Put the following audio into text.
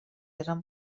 eren